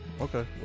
Okay